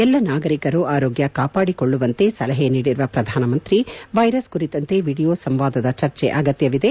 ಎಲ್ಲಾ ನಾಗರಿಕರು ಆರೋಗ್ಯ ಕಾಪಾಡಿಕೊಳ್ಳುವಂತೆ ಸಲಹೆ ನೀಡಿರುವ ಶ್ರಧಾನಮಂತ್ರಿ ಅವರು ವೈರಸ್ ಕುರಿತಂತೆ ವಿಡಿಯೋ ಸಂವಾದದ ಚರ್ಚೆ ಅಗತ್ಯವಿದೆ